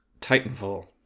Titanfall